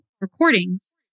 recordings